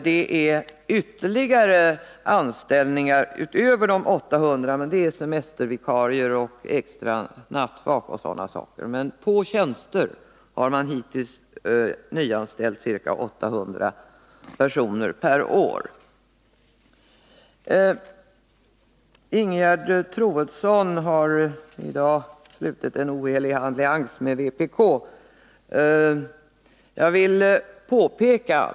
Det är ytterligare anställningar utöver de 800 — semestervikarier, extra nattvak och liknande — som kommer i fråga. På tjänster har man hittills nyanställt ca 800 personer per år. Ingegerd Troedsson har i dag slutit en ohelig allians med vpk.